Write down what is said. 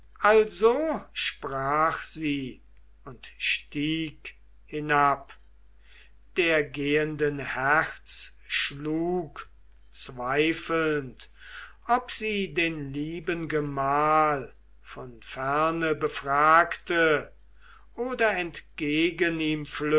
also sprach sie und stieg hinab der gehenden herz schlug zweifelnd ob sie den lieben gemahl von ferne befragte oder entgegen ihm